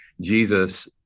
Jesus